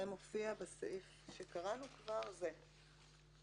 זה מופיע בסעיף שקראנו כבר ב-9(א).